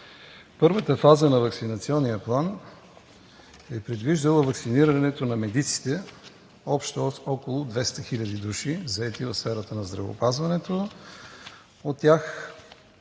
Първата фаза на Ваксинационния план е предвиждала ваксинирането на медиците – общо около 200 хил. души, заети в сферата на здравеопазването.